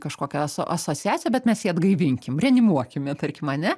kažkokią aso asociaciją bet mes jį atgaivinkim reanimuokime tarkim ane